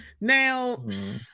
Now